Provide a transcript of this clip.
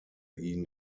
ihn